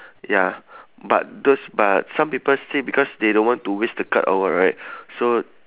ya but those but some people still because they don't want to waste the card or what right so